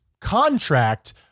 contract